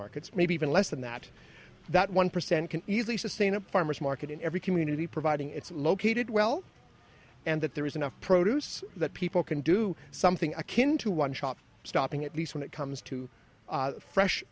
markets maybe even less than that that one percent can easily sustain a farmer's market in every community providing it's located well and that there is enough produce that people can do something akin to one shop stopping at least when it comes to fresh